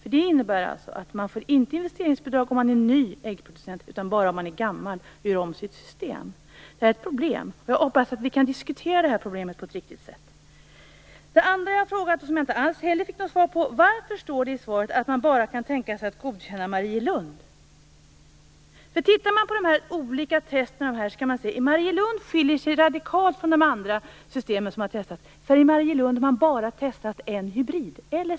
Reglerna innebär att man inte får investeringsbidrag om man är ny äggproducent utan bara om man är gammal och gör om sitt system. Det här är ett problem. Jag hoppas att vi kan diskutera det här problemet på ett riktigt sätt. Det andra jag frågade om och som jag inte alls fick något svar på var: Varför står det i svaret att man bara kan tänka sig att godkänna Marielund? Tittar man på de olika testen kan man se att Marielund skiljer sig radikalt från de andra system som har testats, för i Marielund har man bara testat en hybrid, LSL.